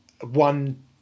one